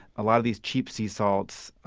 a lot of these cheap sea salts,